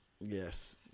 Yes